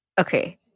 Okay